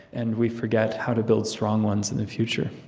and we forget how to build strong ones in the future